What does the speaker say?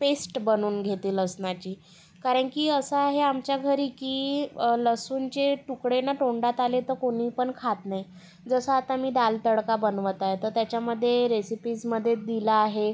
paste बनवून घेते लसणाची कारण की असं आहे आमच्या घरी की लसूणचे तुकडे ना तोंडात आले तर कोणी पण खात नाही जसं आता मी दाल तडका बनवत आहे तर त्याच्यामध्ये रेसिपीजमध्ये दिलं आहे